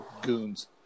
goons